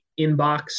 inbox